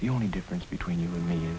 the only difference between you and me